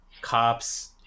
cops